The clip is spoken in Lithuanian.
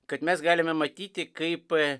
kad mes galime matyti kaip